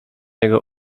jego